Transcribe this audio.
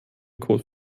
code